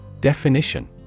Definition